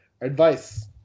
Advice